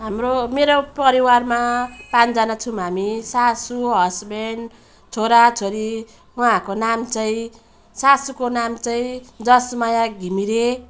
हाम्रो मेरो परिवारमा पाँचजना छौँ हामी सासू हस्बेन्ड छोरा छोरी उहाँको नाम चाहिँ सासूको नाम चाहिँ जसमाया घिमिरे